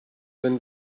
wenn